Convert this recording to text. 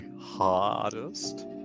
hardest